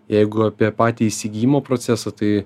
jeigu apie patį įsigijimo procesą tai